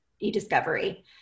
e-discovery